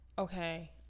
Okay